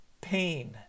pain